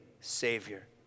Savior